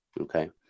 okay